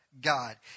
God